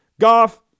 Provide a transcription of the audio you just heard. Goff